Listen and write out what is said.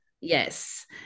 yes